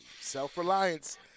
Self-reliance